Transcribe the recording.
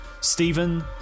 Stephen